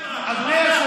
הוא הציל את בני ברק.